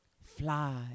Fly